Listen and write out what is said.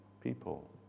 people